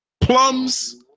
plums